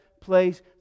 place